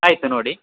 ಆಯಿತು ನೋಡಿ